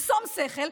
בשום שכל,